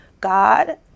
God